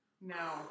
No